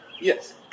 Yes